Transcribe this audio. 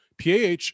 PAH